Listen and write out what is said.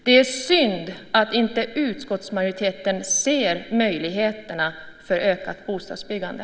Det är synd att inte utskottsmajoriteten ser möjligheterna till ökat bostadsbyggande.